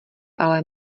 ale